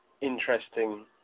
interesting